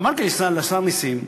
אמרתי לשר נסים: